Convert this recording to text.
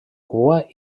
cua